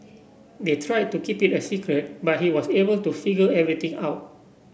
they tried to keep it a secret but he was able to figure everything out